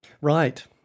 Right